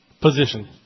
Position